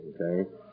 okay